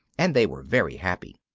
and they were very happy.